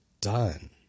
done